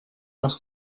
was